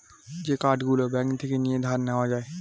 যে কার্ড গুলো ব্যাঙ্ক থেকে নিয়ে ধার নেওয়া যায়